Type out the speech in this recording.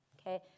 okay